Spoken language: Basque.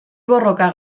borroka